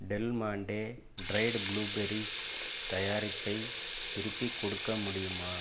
del Monte dried blueberries தயாரிப்பை திருப்பிக் கொடுக்க முடியுமா